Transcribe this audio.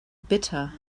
bitter